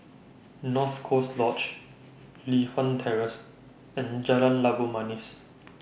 North Coast Lodge Li Hwan Terrace and Jalan Labu Manis